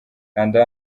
kanda